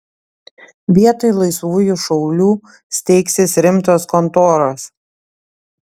vietoj laisvųjų šaulių steigsis rimtos kontoros